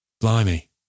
Blimey